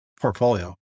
portfolio